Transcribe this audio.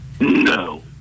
No